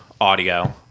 audio